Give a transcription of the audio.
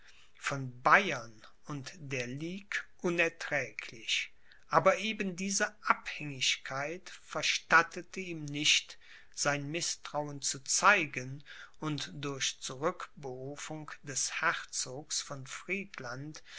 von bayern und der ligue unerträglich aber eben diese abhängigkeit verstattete ihm nicht sein mißtrauen zu zeigen und durch zurückberufung des herzogs von friedland